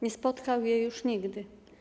Nie spotkał jej już nigdy.